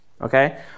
Okay